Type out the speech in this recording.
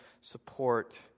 support